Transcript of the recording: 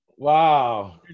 Wow